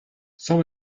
cent